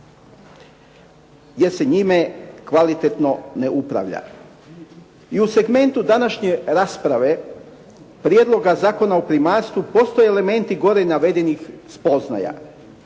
jer se njime kvalitetno ne upravlja. I u segmentu današnje rasprave Prijedloga zakona o primaljstvu postoje elementi gore navedenih spoznaja.